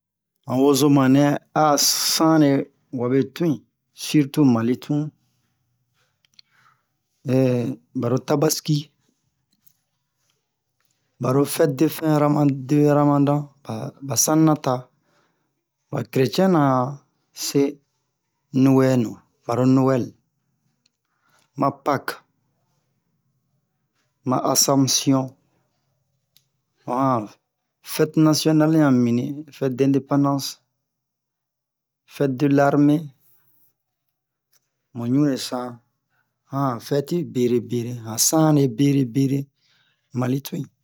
han wozoma nɛ a'a sanlen wabe tun yi surtout Mali tun ɓaro Tabaski ɓaro fête de fin Rama- de Ramadan ɓa ɓa sanina ta ɓa kereciɛna se Nuwɛnu ɓaro Noël ma Paque ma Assomption a han fête national ɲa mibin fête d'independance fête de l'armée mu ɲunle san han a han fête bere bere Mali tun yi